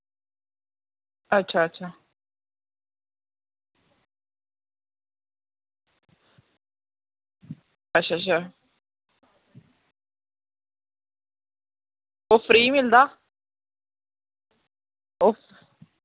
अच्छा अच्छा अच्छा अच्छा ओह् फ्री मिलदा ओह्